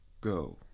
go